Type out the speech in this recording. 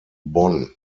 bonn